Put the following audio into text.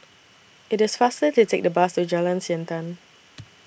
IT IS faster to Take The Bus to Jalan Siantan